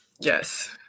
Yes